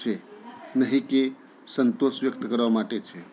છે નહીં કે સંતોષ વ્યક્ત કરવા માટે છે